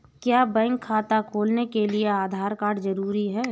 क्या बैंक खाता खोलने के लिए आधार कार्ड जरूरी है?